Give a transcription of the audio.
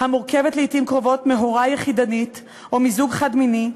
המורכבת לעתים קרובות מהורה יחידנית או מזוג חד-מיני,